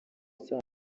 saa